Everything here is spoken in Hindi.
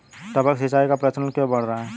टपक सिंचाई का प्रचलन क्यों बढ़ रहा है?